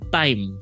time